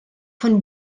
von